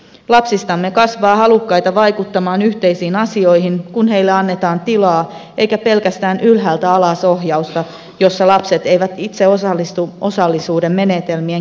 lapsistamme kasvaa halukkaita vaikuttamaan yhteisiin asioihin kun heille annetaan tilaa eikä pelkästään ylhäältä alas ohjausta jossa lapset eivät itse osallistu osallisuuden menetelmien kehittämiseen